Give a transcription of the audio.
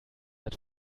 hat